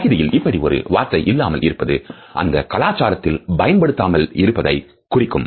தகிதியில் இப்படி ஒரு வார்த்தை இல்லாமல் இருப்பது அந்த கலாச்சாரத்தில் பயன்படுத்தாமல் இருப்பதைக் குறிக்கும்